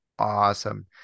Awesome